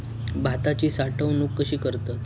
भाताची साठवूनक कशी करतत?